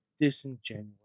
disingenuous